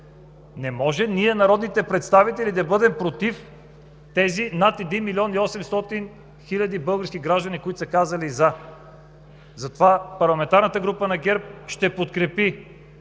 Не може ние, народните представители, да бъдем против тези над 1 млн. 800 хил. български граждани, които са казали „за”. Затова Парламентарната група на ГЕРБ ще подкрепи